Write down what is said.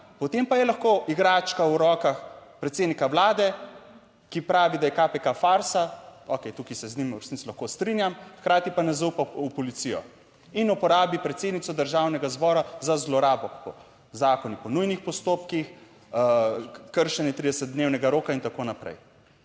potem pa je lahko igračka v rokah predsednika Vlade, ki pravi, da je KPK farsa, okej, tukaj se z njim v resnici lahko strinjam, hkrati pa ne zaupa v policijo in uporabi predsednico državnega zbora za zlorabo po zakonih, po nujnih postopkih, kršenje 30-dnevnega roka in tako naprej.